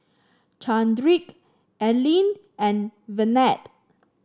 Chadrick Elwyn and Ivette